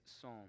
psalm